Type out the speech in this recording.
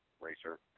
racer